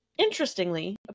Interestingly